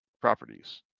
Properties